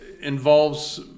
involves